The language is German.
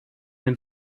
den